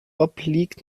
obliegt